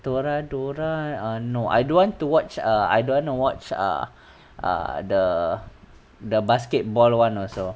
toradora eh no I don't want to watch err I don't want to watch err err the the basketball one also